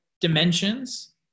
dimensions